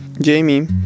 Jamie